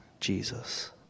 Jesus